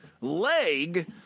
leg